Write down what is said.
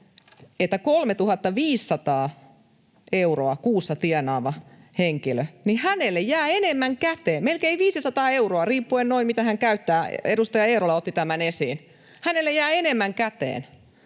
että 3 500 euroa kuussa tienaavalle henkilölle jää enemmän käteen, melkein 500 euroa riippuen noin, mitä hän käyttää — edustaja Eerola otti tämän esiin. Hänelle jää enemmän käteen.